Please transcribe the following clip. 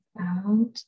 out